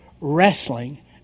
wrestling